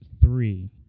three